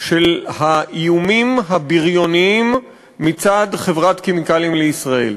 את האיומים הבריוניים מצד חברת "כימיקלים לישראל".